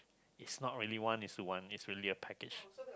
is not really one is to one is really a package